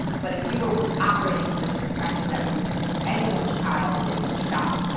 but if we were operating from this perspective that when anyone's child is shot,